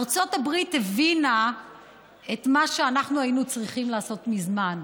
ארצות הברית הבינה את מה שאנחנו היינו צריכים לעשות מזמן.